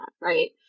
right